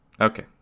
Okay